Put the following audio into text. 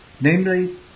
namely